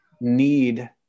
need